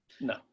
no